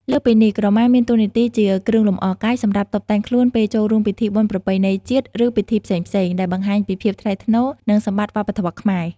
លើសពីនេះ ក្រមាមានតួនាទីជា គ្រឿងលម្អកាយ សម្រាប់តុបតែងខ្លួនពេលចូលរួមពិធីបុណ្យប្រពៃណីជាតិ ឬពិធីផ្សេងៗ ដែលបង្ហាញពីភាពថ្លៃថ្នូរ និងសម្បត្តិវប្បធម៌ខ្មែរ។